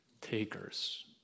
takers